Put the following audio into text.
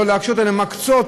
לא להקשות אלא להתמקצע,